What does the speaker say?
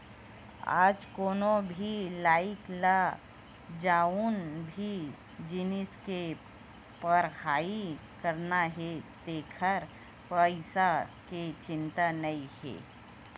आज कोनो भी लइका ल जउन भी जिनिस के पड़हई करना हे तेखर पइसा के चिंता नइ हे